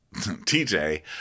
TJ